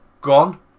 gone